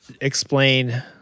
explain